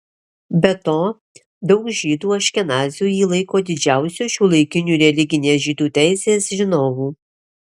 be to daug žydų aškenazių jį laiko didžiausiu šiuolaikiniu religinės žydų teisės žinovu